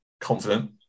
Confident